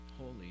holy